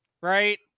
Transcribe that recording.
right